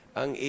ang